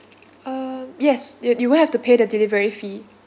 um yes you you won't have to pay the delivery fee